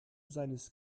seines